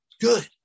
good